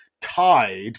tied